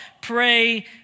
pray